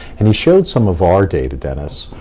and he showed some of our data, dennis.